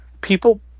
people